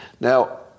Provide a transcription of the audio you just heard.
Now